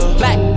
black